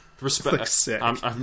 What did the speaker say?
Respect